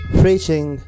preaching